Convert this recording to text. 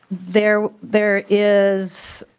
there there is